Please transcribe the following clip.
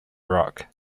rock